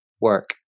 work